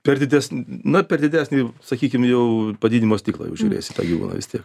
per didesnį na per didesnį sakykim jau padidinimo stiklą jau žiūrėsit tą gyvūną vistiek